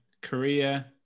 Korea